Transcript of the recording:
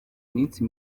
iminsi